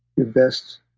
your best,